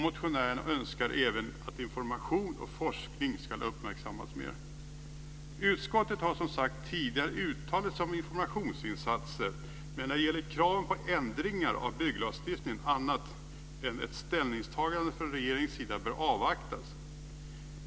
Motionären önskar även att information och forskning ska uppmärksammas mer. Utskottet har, som sagts tidigare, uttalat sig om informationsinsatser men när det gäller krav på ändringar av bygglagstiftningen ansett att ett ställningstagande från regeringens sida bör avvaktas.